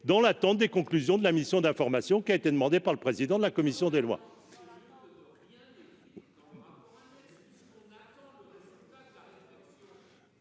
dans l'attente des conclusions de la mission d'information qui a été demandé par le président de la commission des lois.